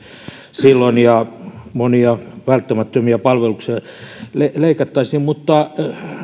silloin ja monia välttämättömiä palveluita leikattiin mutta